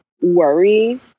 worry